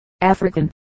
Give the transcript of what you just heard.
African